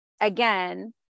again